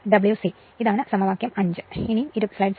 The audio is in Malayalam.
അതിനാൽ ഇത് സമവാക്യം 5 ആണ്